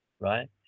right